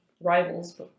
rivals